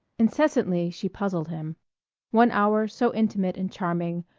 incessantly she puzzled him one hour so intimate and charming,